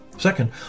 Second